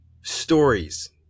stories